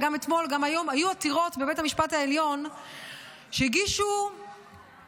גם אתמול וגם היום היו עתירות בבית המשפט העליון שהגישו אזרחים,